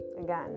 again